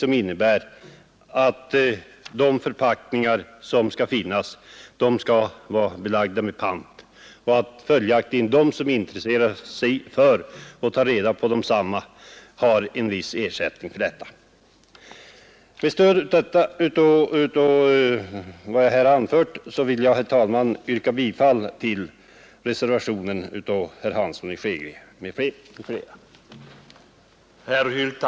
De som är intresserade av att ta reda på flaskorna skulle ju få ersättning för sitt arbete. Med stöd av vad jag anfört vill jag, herr talman, yrka bifall till reservationen av herr Hansson i Skegrie m.fl.